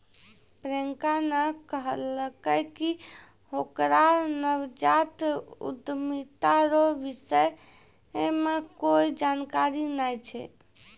प्रियंका ने कहलकै कि ओकरा नवजात उद्यमिता रो विषय मे कोए जानकारी नै छै